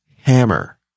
hammer